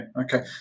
Okay